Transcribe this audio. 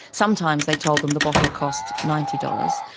sometimes they told them the bottle cost ninety dollars,